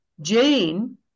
Jane